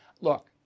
Look